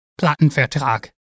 Plattenvertrag